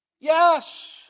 Yes